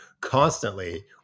constantly